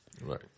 Right